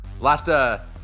Last